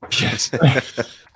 Yes